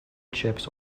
chips